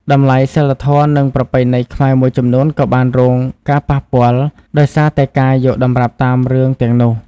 តម្លៃសីលធម៌និងប្រពៃណីខ្មែរមួយចំនួនក៏បានរងការប៉ះពាល់ដោយសារតែការយកតម្រាប់តាមរឿងទាំងនោះ។